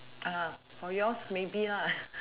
uh for yours maybe lah